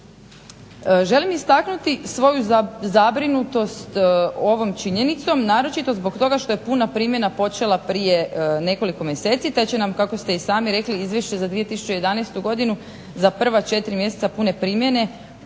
Želim izraziti svoju zabrinutost s ovom činjenicom obzirom da je puna primjena počela prije nekoliko mjeseci te će nam, kako ste i sami rekli Izvješće za 2011. godinu za prva četiri mjeseca pune primjene